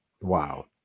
Wow